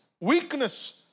weakness